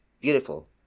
beautiful